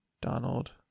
Donald